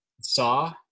Saw